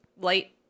light